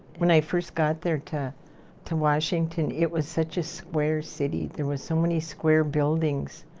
when i first got there to to washington, it was such a square city. there were so many square buildings.